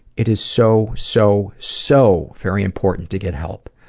it is so, so, so very important to get help,